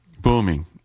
booming